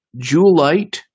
Jewelite